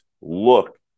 look